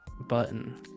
button